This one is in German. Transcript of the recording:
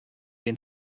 den